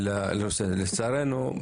לצערנו,